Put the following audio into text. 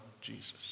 jesus